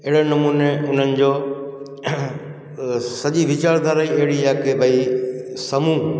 अहिड़े नमूने उन्हनि जो सॼी विचारधारा ई अहिड़ी आहे की भई समूह